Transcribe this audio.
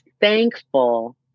thankful